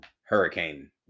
Hurricane